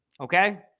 okay